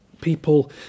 people